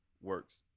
works